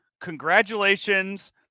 congratulations